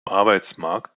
arbeitsmarkt